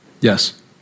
Yes